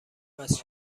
است